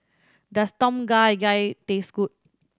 does Tom Kha Gai taste good